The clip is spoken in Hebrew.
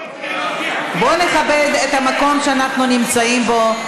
בואו נכבד את המקום שאנחנו נמצאים בו.